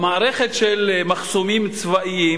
למערכת של מחסומים צבאיים,